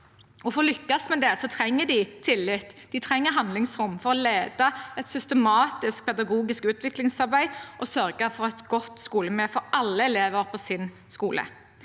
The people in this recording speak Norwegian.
For å lykkes med det trenger de tillit. De trenger handlingsrom for å lede et systematisk pedagogisk utviklingsarbeid og sørge for et godt skolemiljø for alle elever på sin skole.